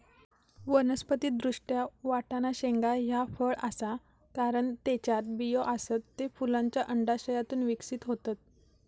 वनस्पति दृष्ट्या, वाटाणा शेंगा ह्या फळ आसा, कारण त्येच्यात बियो आसत, ते फुलांच्या अंडाशयातून विकसित होतत